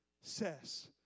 says